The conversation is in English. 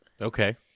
Okay